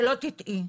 "..שלא תטעי,